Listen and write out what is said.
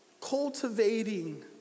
Cultivating